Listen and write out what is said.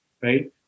right